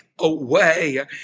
away